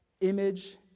image